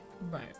right